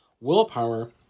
willpower